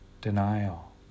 denial